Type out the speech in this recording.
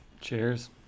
Cheers